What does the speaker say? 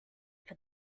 for